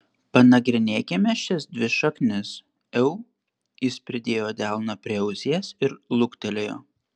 panagrinėkime šias dvi šaknis eu jis pridėjo delną prie ausies ir luktelėjo